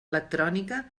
electrònica